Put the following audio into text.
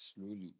slowly